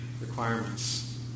requirements